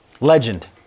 Legend